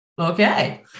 Okay